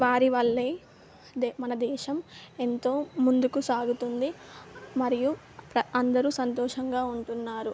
వారి వల్లే దే మన దేశం ఎంతో ముందుకు సాగుతుంది మరియు అందరూ సంతోషంగా ఉంటున్నారు